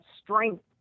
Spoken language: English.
strength